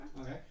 Okay